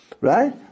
right